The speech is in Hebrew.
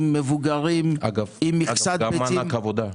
מבוגרים עם מכסת ביצים --- וגם מענק עבודה.